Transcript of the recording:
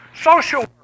Social